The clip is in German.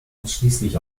ausschließlich